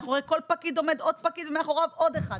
מאחורי כל פקיד עומד עוד פקיד ומאחוריו עוד אחד.